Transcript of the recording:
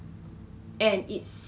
I don't know how the oven